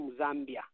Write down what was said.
Zambia